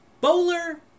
Bowler